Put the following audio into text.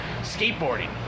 Skateboarding